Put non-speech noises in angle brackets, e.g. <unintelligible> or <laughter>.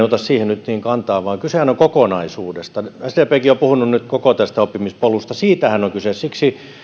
<unintelligible> ota siihen nyt niin kantaa vaan kysehän on kokonaisuudesta sdpkin on puhunut nyt koko tästä oppimispolusta siitähän on kyse siksi